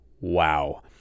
Wow